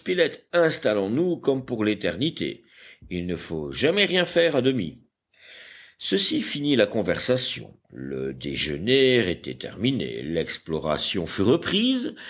installons nous comme pour l'éternité il ne faut jamais rien faire à demi ceci finit la conversation le déjeuner était terminé l'exploration fut reprise